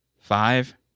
Five